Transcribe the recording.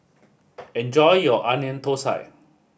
enjoy your Onion Thosai